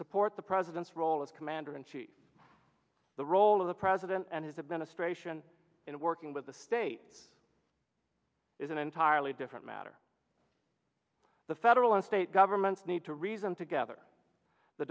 support the president's role as commander in chief the role of the president and his administration in working with the state is an entirely different matter the federal and state governments need to reason together the